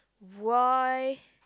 why